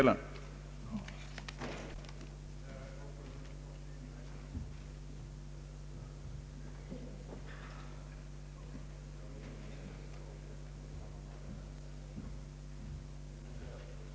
Jag kan inte heller i Övrigt se några skäl till att riksdagen nu skulle göra några uttalanden beträffande formerna för en eventuell kapitalimport.